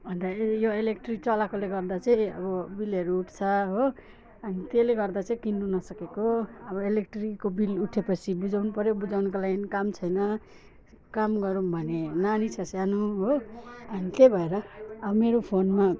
अन्त यो यो इलेक्ट्रिक चलाएकोले गर्दा चाहिँ अब बिलहरू उठ्छ हो त्यसले गर्दा चाहिँ किन्नु नसकेको अब इलेक्ट्रीको बिल उठेपछि बुझाउनुपऱ्यो बुझाउनको लागि नि काम छैन काम गरौँ भने नानी छ सानो हो अनि त्यही भएर मेरो फोनमा